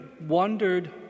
wondered